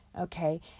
okay